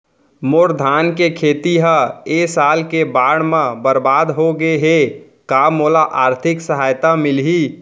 मोर धान के खेती ह ए साल के बाढ़ म बरबाद हो गे हे का मोला आर्थिक सहायता मिलही?